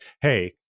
hey